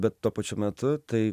bet tuo pačiu metu tai